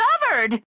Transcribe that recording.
discovered